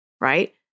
right